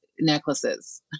necklaces